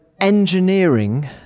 engineering